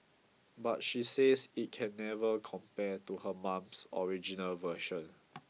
but she says it can never compare to her mum's original version